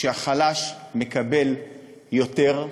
כך שהחלש מקבל יותר.